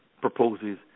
proposes